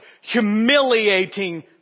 humiliating